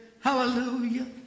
hallelujah